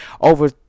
over